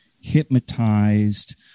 hypnotized